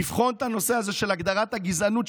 לבחון את הנושא הזה של הגדרת הגזענות,